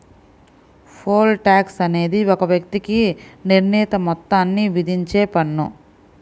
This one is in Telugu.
పోల్ టాక్స్ అనేది ఒక వ్యక్తికి నిర్ణీత మొత్తాన్ని విధించే పన్ను